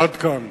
עד כאן.